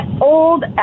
old